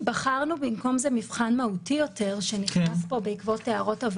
אנחנו נמצאים בדיון נוסף בהצעת חוק קיום